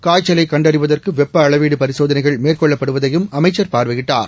காய்ச்சலை கண்டறிவதற்கு வெப்ப அளவீடு பரிசோதனைகள் மேற்கொள்ளப்படுவதையும் அமைச்சர் பார்வையிட்டார்